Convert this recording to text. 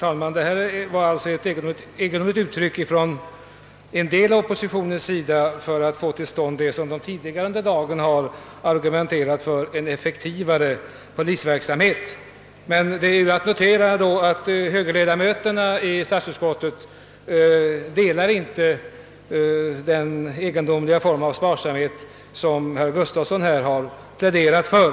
Herr talman! Vi möter här ett egendomligt försök från en del av oppositionens företrädare att få till stånd det som de tidigare under dagen har argumenterat för, nämligen en effektivare polisverksamhet. Det är emellertid att notera att högerledamöterna i statsutskottet inte är anhängare av den egendomliga form av sparsamhet som herr Gustafsson i Skellefteå har pläderat för.